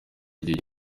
igihe